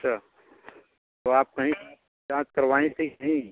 अच्छा तो आप कहीं जांच करवाई थीं कि नहीं